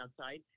outside